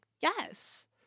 Yes